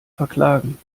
verklagen